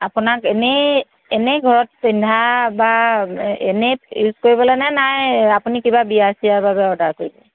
আপোনাক এনেই এনেই ঘৰত পিন্ধা বা এনেই ইউজ কৰিবলৈ নে নাই আপুনি কিবা বিয়া চিয়াৰ বাবে অৰ্ডাৰ কৰিব